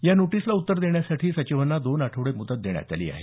या नोटीसला उत्तर देण्यासाठी सचिवांना दोन आठवडे मुदत देण्यात आली आहे